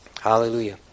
Hallelujah